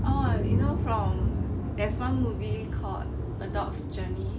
oh you know from there's one movie called a dog's journey